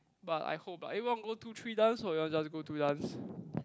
but I hope ah eh want go two three dance or you want just go two dance